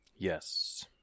Yes